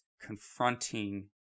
confronting